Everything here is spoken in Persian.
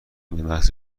بمحض